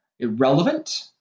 Irrelevant